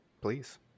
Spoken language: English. please